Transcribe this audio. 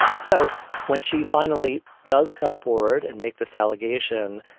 so when she finally does come forward and make this allegation,